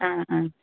ആ ആ